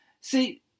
See